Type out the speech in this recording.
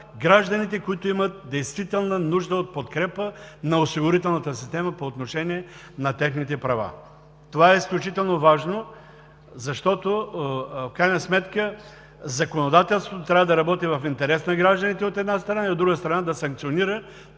гражданите, които имат действителна нужда от подкрепа на осигурителната система по отношение на техните права. Това е изключително важно, защото в крайна сметка законодателството трябва да работи в интерес на гражданите, от една страна, и от друга страна – да санкционира